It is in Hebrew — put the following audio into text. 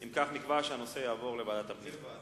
אם כך, נקבע שהנושא יעבור לוועדת הפנים.